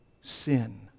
sin